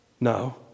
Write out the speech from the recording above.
No